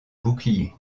bouclier